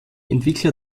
entwickler